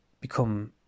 become